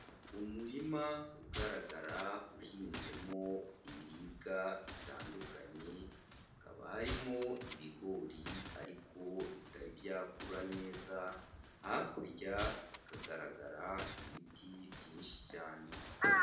Umurima ugaragara uhinzemo ibiribwa bitandukanye, hakaba harimo ibigori ariko bitari byakura neza, hakurya hakagaragara ibiti byinshi cyane.